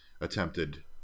attempted